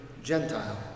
Gentile